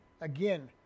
Again